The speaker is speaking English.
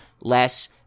less